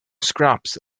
scraps